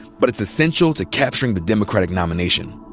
but it's essential to capturing the democratic nomination.